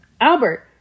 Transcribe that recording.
Albert